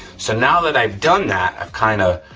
so now that i've done that, i've kinda